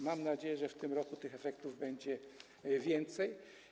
Mam nadzieję, że w tym roku tych efektów będzie więcej.